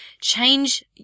Change